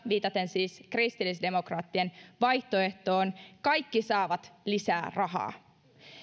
viitaten siis kristillisdemokraattien vaihtoehtoon kaikki saavat lisää rahaa